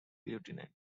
lieutenant